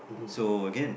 so again